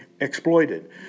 exploited